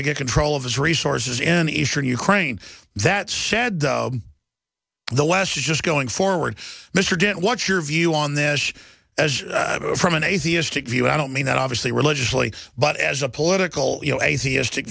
to get control of its resources in eastern ukraine that's sad the west is just going forward mr dent what's your view on this as from an atheistic view i don't mean that obviously religiously but as a political you know atheist